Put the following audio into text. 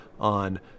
on